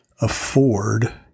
afford